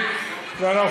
אנחנו מכבדים אחד את השני,